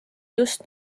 just